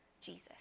Jesus